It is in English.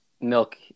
Milk